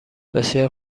بسیار